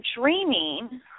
dreaming